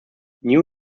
new